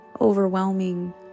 overwhelming